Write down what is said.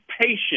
patient